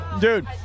Dude